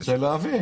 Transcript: אני רוצה להבין.